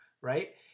right